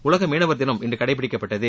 உலக மீனவர்தினம் இன்று கடைபிடிக்கப்பட்டது